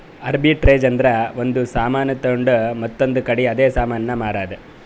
arbitrage ಅಂದುರ್ ಒಂದ್ ಸಾಮಾನ್ ತೊಂಡು ಮತ್ತೊಂದ್ ಕಡಿ ಅದೇ ಸಾಮಾನ್ ಮಾರಾದ್